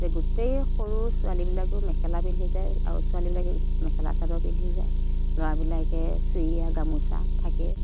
যে গোটেই সৰু ছোৱালীবিলাকো মেখেলা পিন্ধি যায় আৰু ছোৱালীবিলাকে মেখেলা চাদৰ পিন্ধি যায় ল'ৰাবিলাকে চুৰিয়া গামোচা থাকে